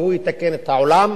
והוא יתקן את העולם.